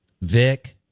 Vic